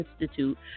Institute